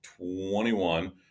21